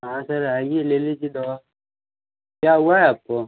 sir आइए ले लीजिए दवा क्या हुआ है आपको